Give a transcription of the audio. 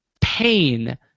pain